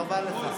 חבל לך.